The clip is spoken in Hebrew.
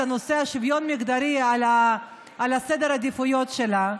נושא השוויון המגדרי בסדר העדיפויות שלה,